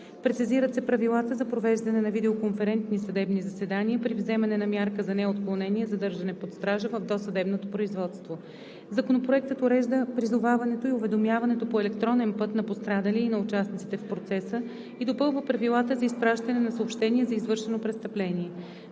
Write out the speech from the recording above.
Прецизират се правилата за провеждане на видеоконферентни съдебни заседания при вземане на мярка за неотклонение задържане под стража в досъдебното производство. Законопроектът урежда призоваването и уведомяването по електронен път на пострадалия и на участниците в процеса и допълва правилата за изпращане на съобщение за извършено престъпление.